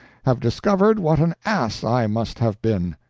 have discovered what an ass i must have been.